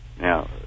Now